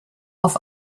auf